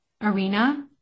arena